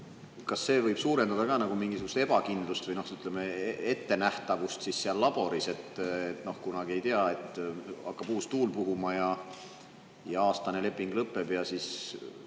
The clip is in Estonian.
Kas see võib suurendada ka mingisugust ebakindlust või, ütleme, ettenähtavust seal laboris? Kunagi ei tea, hakkab uus tuul puhuma ja aastane leping lõpeb ja siis